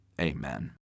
amen